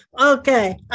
Okay